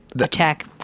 attack